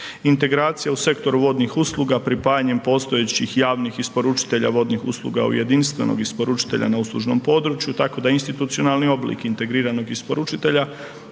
integracija u sektoru vodnih usluga pripajanjem postojećih javnih isporučitelja vodnih usluga u jedinstvenog isporučitelja na uslužnom području, tako da institucionalni oblik integriranog isporučitelja